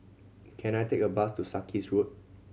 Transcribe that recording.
can I take a bus to Sarkies Road